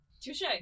touche